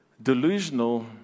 Delusional